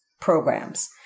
programs